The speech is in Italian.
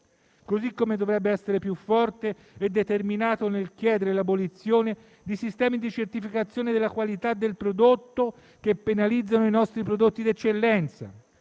così come dovrebbe essere più forte e determinato nel chiedere l'abolizione di sistemi di certificazione della qualità che penalizzano i nostri prodotti di eccellenza